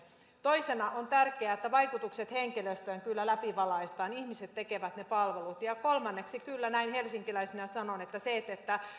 toisena on tärkeää että vaikutukset henkilöstöön läpivalaistaan ihmiset tekevät ne palvelut kolmanneksi kyllä näin helsinkiläisenä sanon että